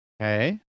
Okay